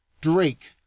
Drake